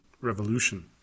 Revolution